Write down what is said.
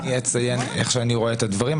אני אציין איך שאני רואה את הדברים.